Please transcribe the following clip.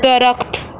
درخت